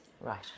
Right